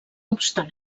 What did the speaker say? obstant